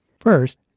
First